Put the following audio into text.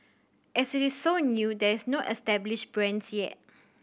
as it is so new there is no established brands yet